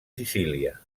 sicília